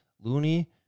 Looney